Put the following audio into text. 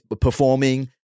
performing